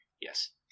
Yes